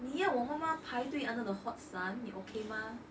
你要我妈妈排队 under the hot sun 你 okay 吗